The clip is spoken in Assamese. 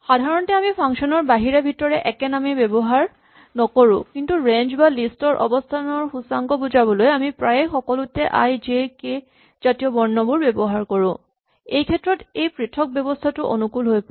সাধাৰণতে আমি ফাংচন ৰ বাহিৰে ভিতৰে একে নাম ব্যৱহাৰ নকৰো কিন্তু ৰেঞ্জ বা লিষ্ট ৰ অৱস্হানৰ সূচাংক বুজাবলৈ আমি প্ৰায়ে সকলোতে আই জে কে জাতীয় বৰ্ণবোৰ ব্যৱহাৰ কৰো এইক্ষেত্ৰত এই পৃথক ব্যৱস্হাটো অনুকুল হৈ পৰে